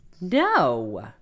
No